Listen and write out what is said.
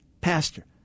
Pastor